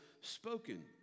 spoken